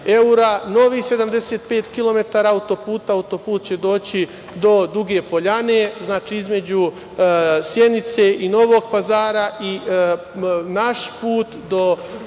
autoputa. Autoput će doći do Duge poljane, znači, između Sjenice i Novog Pazara i naš put do